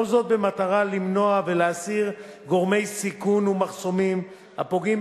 כל זאת במטרה למנוע ולהסיר גורמי סיכון ומחסומים הפוגעים